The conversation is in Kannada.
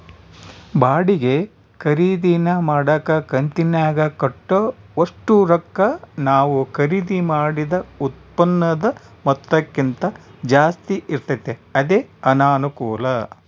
ಬಾಡಿಗೆ ಖರೀದಿನ ಮಾಡಕ ಕಂತಿನಾಗ ಕಟ್ಟೋ ಒಷ್ಟು ರೊಕ್ಕ ನಾವು ಖರೀದಿ ಮಾಡಿದ ಉತ್ಪನ್ನುದ ಮೊತ್ತಕ್ಕಿಂತ ಜಾಸ್ತಿ ಇರ್ತತೆ ಅದೇ ಅನಾನುಕೂಲ